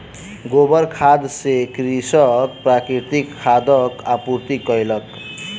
गोबर खाद सॅ कृषक प्राकृतिक खादक आपूर्ति कयलक